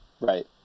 Right